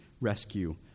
rescue